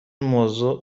موضوع